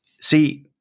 see